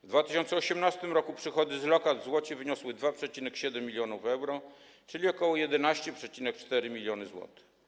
W 2018 r. przychody z lokat w złocie wyniosły 2,7 mln euro, czyli ok. 11,4 mln zł.